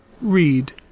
Read